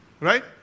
Right